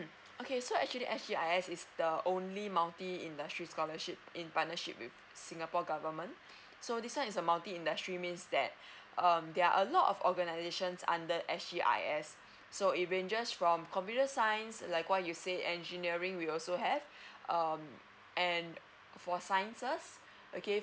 okay so actually S_G_I_S is the only multi industry scholarship in partnership with singapore government so this one is a multi industry means that um there are a lot of organizations under S_G_I_S so it ranges from computer science like what you say engineering we also have um and for sciences